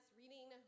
reading